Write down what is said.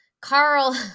Carl